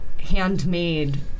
handmade